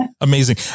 Amazing